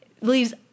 leaves